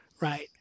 right